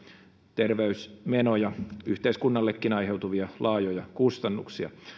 terveysmenoja sekä yhteiskunnallekin aiheutuvia laajoja kustannuksia